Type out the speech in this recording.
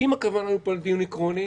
אם הכוונה פה לדיון עקרוני,